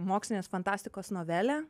mokslinės fantastikos novelė